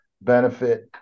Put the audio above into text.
benefit